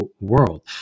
world